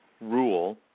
rule